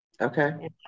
Okay